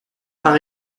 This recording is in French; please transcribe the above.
par